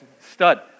stud